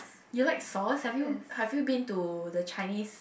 you like sauce have you have you been to the Chinese